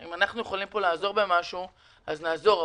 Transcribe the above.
אם אנחנו יכולים לעזור במשהו אז נעזור,